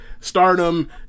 stardom